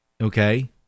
Okay